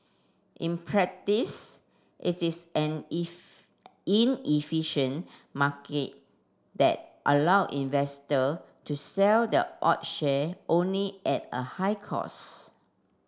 in practice it is an inefficient market that allow investor to sell the odd share only at a high cost